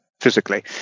physically